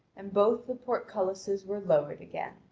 and both the portcullises were lowered again.